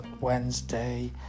Wednesday